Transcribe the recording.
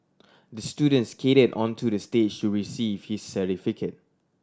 the student skated onto the stage to receive his certificate